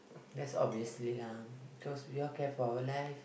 that's obviously lah cause we all care for our life